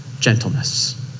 gentleness